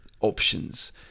options